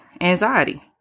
anxiety